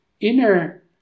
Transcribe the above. inner